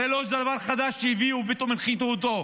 הרי זה לא דבר חדש שהביאו ופתאום הנחיתו אותו.